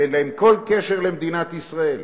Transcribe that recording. ואין להם כל קשר למדינת ישראל"?